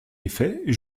effet